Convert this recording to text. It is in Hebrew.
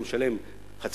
אתה משלם 0.5%,